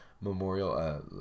Memorial